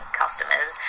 customers